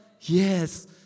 Yes